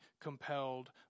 compelled